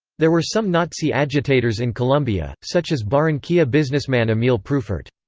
there were some nazi agitators in colombia, such as barranquilla businessman emil prufurt.